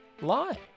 lie